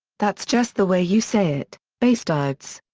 that's just the way you say it basterds.